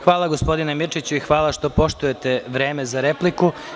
Hvala, gospodine Mirčiću i hvala što poštujete vreme za repliku.